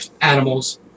animals